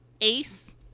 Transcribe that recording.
Ace